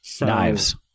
Knives